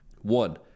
One